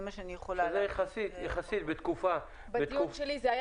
בדיון אצלי זה היה